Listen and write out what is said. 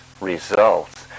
results